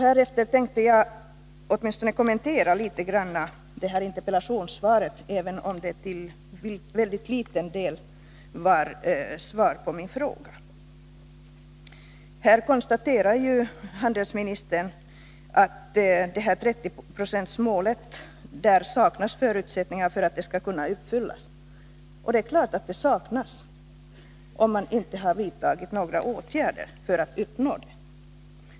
Härefter tänker jag något kommentera interpellationssvaret, även om det till en väldigt liten del gav svar på min fråga. Handelsmininstern konstaterar att det saknas förutsättningar för att 30-procentsmålet skall kunna uppfyllas. Det är klart att förutsättningarna saknas, om man inte har vidtagit några åtgärder för att uppnå det.